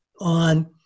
on